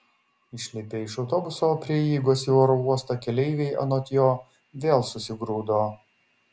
išlipę iš autobuso prie įeigos į oro uostą keleiviai anot jo vėl susigrūdo